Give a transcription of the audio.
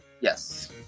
Yes